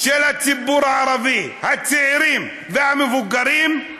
של הציבור הערבי, הצעירים והמבוגרים,